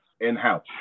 in-house